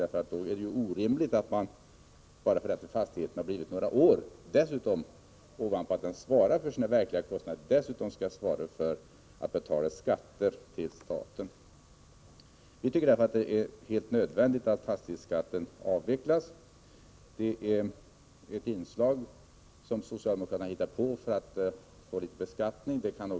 Det är ju orimligt att en fastighetsägare, bara för att hans fastighet blir några år gammal, ovanpå de verkliga kostnader han har att svara för dessutom skall svara för att betala skatt till staten. Vi anser att det är helt nödvändigt att fastighetsskatten avvecklas. Den är ett inslag som socialdemokraterna hittat på för att få in pengar.